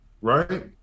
right